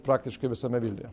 praktiškai visame vilniuje